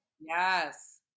Yes